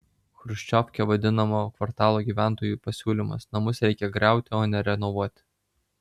chruščiovke vadinamo kvartalo gyventojų pasiūlymas namus reikia griauti o ne renovuoti